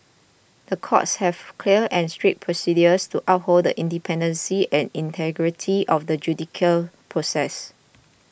the courts have clear and strict procedures to uphold the independence and integrity of the judicial process